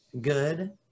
good